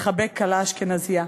לחבק כלה אשכנזייה.